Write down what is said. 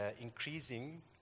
increasing